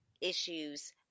issues